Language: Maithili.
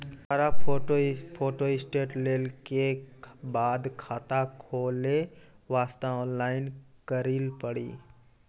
सारा फोटो फोटोस्टेट लेल के बाद खाता खोले वास्ते ऑनलाइन करिल पड़ी?